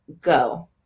go